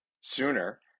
sooner